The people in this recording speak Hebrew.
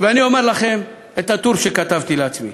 ואני אומר לכם את הטור שכתבתי לעצמי.